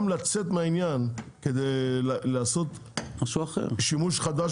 גם לצאת מהעניין כדי לעשות שימוש חדש